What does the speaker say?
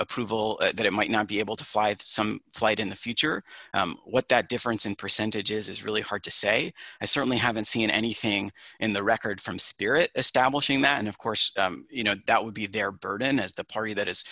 approval that it might not be able to fly it some flight in the future what that difference in percentages is really hard to say i certainly haven't seen anything in the record from spirit establishing that and of course you know that would be their burden as the party that